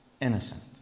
innocent